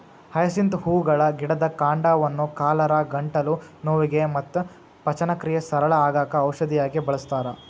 hyacinth ಹೂಗಳ ಗಿಡದ ಕಾಂಡವನ್ನ ಕಾಲರಾ, ಗಂಟಲು ನೋವಿಗೆ ಮತ್ತ ಪಚನಕ್ರಿಯೆ ಸರಳ ಆಗಾಕ ಔಷಧಿಯಾಗಿ ಬಳಸ್ತಾರ